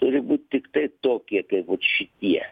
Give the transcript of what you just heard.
turi būt tiktai tokie kaip vat šitie